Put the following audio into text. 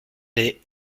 des